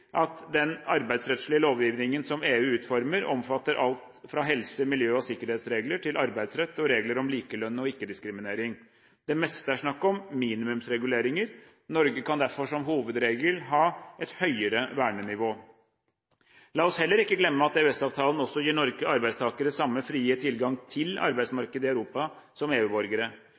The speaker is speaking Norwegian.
at den arbeidsrettslige lovgivningen som EU utformer, omfatter alt fra helse-, miljø- og sikkerhetsregler til arbeidsrett og regler om likelønn og ikke-diskriminering. Det meste er snakk om minimumsreguleringer. Norge kan derfor som hovedregel ha et høyere vernenivå. La oss heller ikke glemme at EØS-avtalen også gir norske arbeidstakere samme frie tilgang til arbeidsmarkedet i Europa som